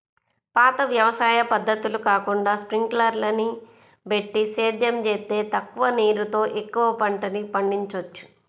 పాత వ్యవసాయ పద్ధతులు కాకుండా స్పింకర్లని బెట్టి సేద్యం జేత్తే తక్కువ నీరుతో ఎక్కువ పంటని పండిచ్చొచ్చు